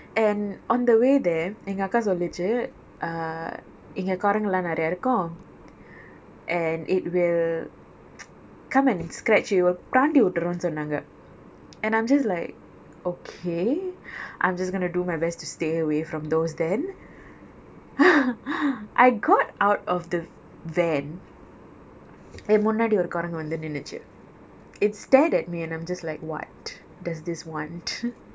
and on the way there எங்க அக்கா சொல்லுச்சு: enga akka solluchu uh இங்கே குரங்குலாம் நிறைய இருக்கும்:ingae kurangulam niraiya irukkom and it will come and scratch பிரான்டி உட்டுரும் சொன்னாங்க: praandi utturom sonnaanga and I'm just like okay I'm just going to do my best to stay away from those then I got out of the van என் முன்னாடி ஒரு குரங்கு வந்து நின்னுச்சு:en munnaadi oru kurangu vanthu ninnuchu it stared at me and I'm just like what does this want